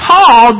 Paul